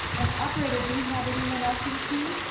and, operator, do we have anyone else in queue?